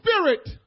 spirit